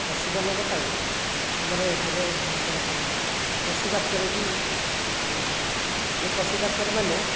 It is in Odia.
ପଶୁ ମାନଙ୍କ ପାଇଁ ଆମର ଏଠାରେ ଡାକ୍ତରଖାନା ଅଛି ପଶୁ ଡାକ୍ତର ଭି ଅଛନ୍ତି ଯେଉଁ ପଶୁ ଡାକ୍ତର ମାନେ